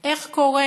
איך קורה